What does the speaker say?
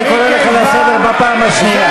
אני קורא אותך לסדר בפעם השנייה.